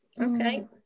Okay